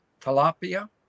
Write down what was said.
tilapia